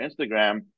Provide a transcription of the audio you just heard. Instagram